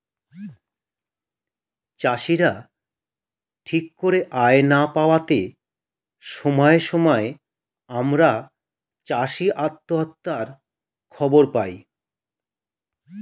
চাষীরা ঠিক করে আয় না পাওয়াতে সময়ে সময়ে আমরা চাষী আত্মহত্যার খবর পাই